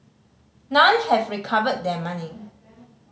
none have recovered their money